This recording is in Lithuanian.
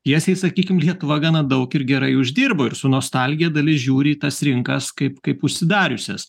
tiesiai sakykim lietuva gana daug ir gerai uždirbo ir su nostalgija dalis žiūri į tas rinkas kaip kaip užsidariusias